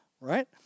right